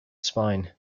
spine